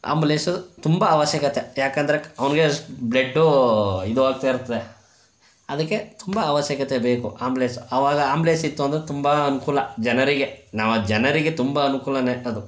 ambulance ತುಂಬ ಅವಶ್ಯಕತೆ ಯಾಕಂದರೆ ಅವನಿಗೆ ಬ್ಲಡ್ಡು ಇದು ಆಗ್ತಾಯಿರ್ತದೆ ಅದಕ್ಕೆ ತುಂಬ ಅವಶ್ಯಕತೆ ಬೇಕು ಆಂಬುಲೆನ್ಸ್ ಅವಾಗ ಆಂಬುಲೆನ್ಸ್ ಇತ್ತು ಅಂದರೆ ತುಂಬ ಅನುಕೂಲ ಜನರಿಗೆ ನಾವು ಆ ಜನರಿಗೆ ತುಂಬ ಅನ್ಕೂಲವೇ ಅದು